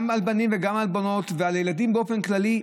גם על בנים וגם על בנות, ועל ילדים באופן כללי.